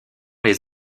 les